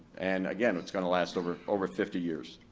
and again, it's gonna last over over fifty years.